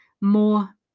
more